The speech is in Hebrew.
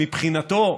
מבחינתו,